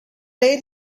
made